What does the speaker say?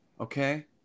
okay